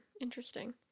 interesting